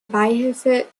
beihilfe